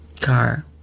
car